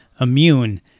immune